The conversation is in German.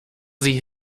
sie